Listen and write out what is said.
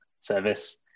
service